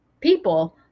people